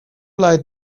lie